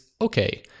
Okay